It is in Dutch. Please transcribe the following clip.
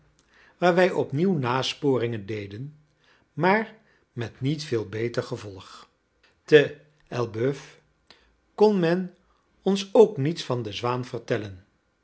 waar wij opnieuw nasporingen deden maar met niet veel beter gevolg te elbeuf kon men ons ook niets van de zwaan vertellen